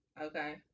okay